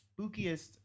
spookiest